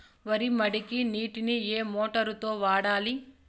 వరి మడికి నీటిని ఏ మోటారు తో వాడాలి?